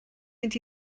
mynd